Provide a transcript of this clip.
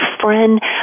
friend